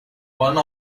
one